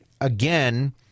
again